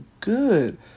good